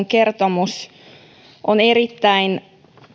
kertomus on erittäin